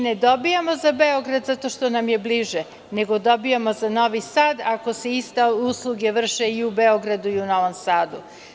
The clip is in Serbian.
Ne dobijamo za Beograd zato što nam je bliže, nego dobijamo za Novi Sad ako se iste usluge vrše i u Beogradu i u Novom Sadu.